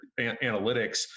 analytics